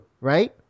right